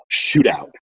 shootout